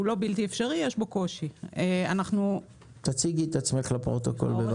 הוא לא בלתי אפשרי, אבל יש בו קושי.